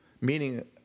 meaning